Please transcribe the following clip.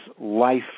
life